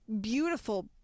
beautiful